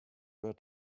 were